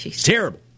Terrible